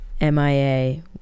MIA